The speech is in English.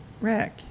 Rick